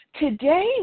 today